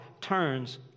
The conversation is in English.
turns